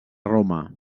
roma